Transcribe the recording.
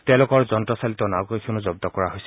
তেওঁলোকৰ যন্ত্ৰচালিত নাওকেইখনো জব্দ কৰা হৈছে